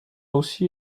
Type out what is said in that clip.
aussi